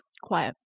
Quiet